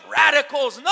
radicals